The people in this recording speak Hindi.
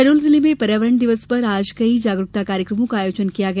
शहडोल जिले में पर्यावरण दिवस पर आज कई जागरुकता कार्यक्रमों का आयोजन किया गया